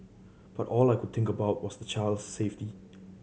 but all I could think about was the child's safety